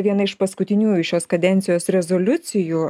viena iš paskutiniųjų šios kadencijos rezoliucijų